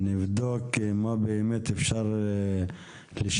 נבדוק מה באמת אפשר לשנות,